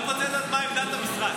אני רק רוצה לדעת מה עמדת המשרד.